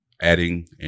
adding